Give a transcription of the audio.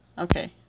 Okay